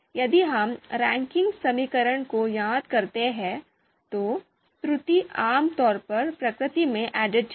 यदि आप रैखिक समीकरण को याद करते हैं तो त्रुटि आमतौर पर प्रकृति में additive है